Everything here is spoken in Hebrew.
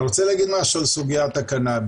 אני רוצה להגיד משהו על סוגיית הקנאביס.